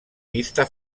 pista